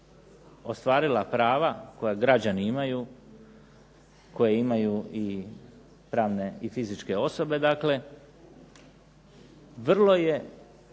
ostvarila prava koja građani imaju, koje imaju i pravne i fizičke osobe dakle, vrlo je